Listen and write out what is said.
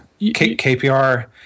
KPR